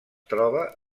troba